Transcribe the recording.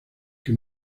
que